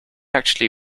actually